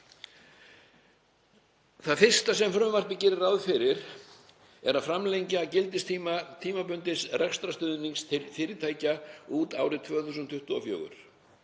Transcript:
Það fyrsta sem frumvarpið gerir ráð fyrir er að framlengja gildistíma tímabundins rekstrarstuðnings til fyrirtækja út árið 2024.